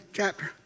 chapter